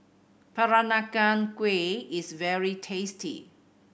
Peranakan Kueh is very tasty